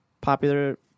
popular